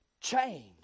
chained